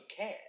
care